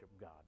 God